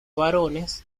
varones